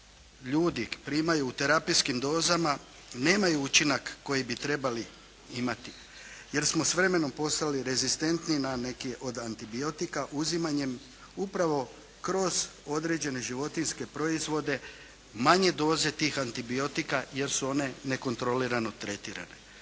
ljudi primaju u terapijskim dozama nemaju učinak koji bi trebali imati. Jer smo s vremenom postali rezistentni na neke od antibiotika uzimanjem kroz određene životinjske proizvode manje doze tih antibiotika jer su one nekontrolirano tretirane.